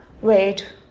wait